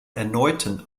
erneuten